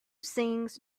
sings